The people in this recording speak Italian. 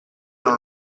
non